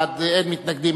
והבנייה (צווי הריסה במגזר הבדואי בנגב),